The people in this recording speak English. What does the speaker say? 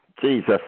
jesus